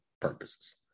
purposes